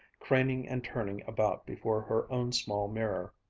craning and turning about before her own small mirror.